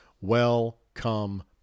Welcome